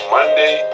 Monday